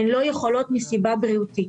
הן לא יכולות מסיבה בריאותית.